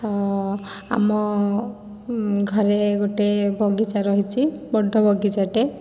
ମୁଁ ଆମ ଘରେ ଗୋଟେ ବଗିଚା ରହିଛି ବଡ଼ ବଗିଚାଟେ